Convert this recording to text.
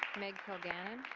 meg kilgannon.